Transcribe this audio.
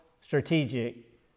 strategic